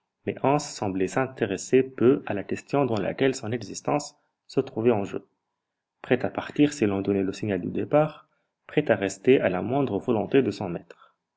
mais hans semblait s'intéresser peu à la question dans laquelle son existence se trouvait en jeu prêt à partir si l'on donnait le signal du départ prêt à rester à la moindre volonté de son maître